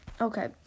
okay